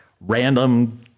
random